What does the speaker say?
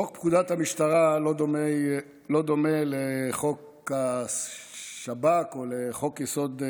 חוק פקודת המשטרה לא דומה לחוק השב"כ או לחוק-היסוד: